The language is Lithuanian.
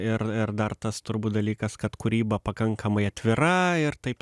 ir ir dar tas turbūt dalykas kad kūryba pakankamai atvira ir taip